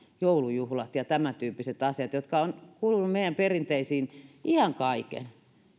joulujuhlat tämäntyyppisiä asioita jotka ovat kuuluneet meidän perinteisiimme iän kaiken